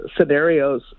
scenarios